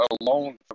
alone